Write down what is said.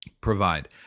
provide